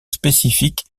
spécifique